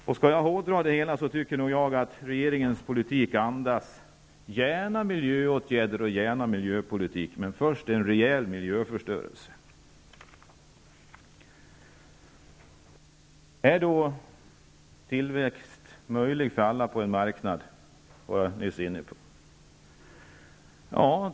Om jag skall hårdra det hela tycker jag att regeringens politik andas att man gärna vill ha miljöåtgärder och miljöpolitik, men först en rejäl miljöförstöring. Är tillväxt möjlig för alla på en marknad? Jag var nyss inne på detta.